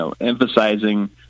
emphasizing